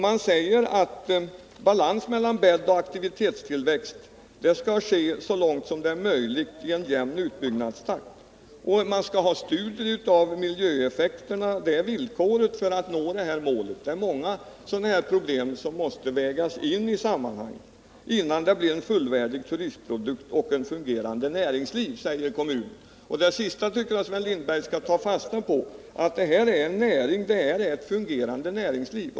Man säger vidare att en balans mellan bäddoch aktivitetstillväxt skall eftersträvas med en så långt som det är möjligt jämn utbyggnadstakt. Och det skall ske studier av miljöeffekter — det är ett villkor för att nå det här målet. Det är mycket som måste vägas in i sammanhanget innan det blir ”en fullvärdig turistprodukt och ett fungerande näringsliv”, som kommunen säger. Det sista tycker jag att Sven Lindberg skall ta fasta på — det gäller en näring, ett fungerande näringsliv.